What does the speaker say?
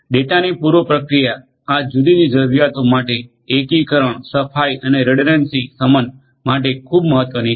ડેટાની પૂર્વ પ્રક્રિયા આ જુદી જુદી જરૂરિયાતો માટે એકીકરણ સફાઇ અને રીડન્ડન્સી શમન માટે ખૂબ મહત્વની છે